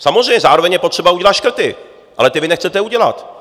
Samozřejmě je zároveň potřeba udělat škrty, ale ty vy nechcete udělat.